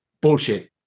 bullshit